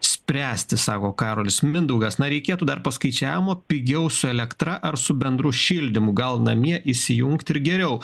spręsti sako karolis mindaugas na reikėtų dar paskaičiavimo pigiau su elektra ar su bendru šildymu gal namie įsijungt ir geriau